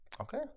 Okay